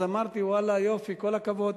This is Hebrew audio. אז אמרתי: ואללה, יופי, כל הכבוד,